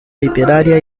literaria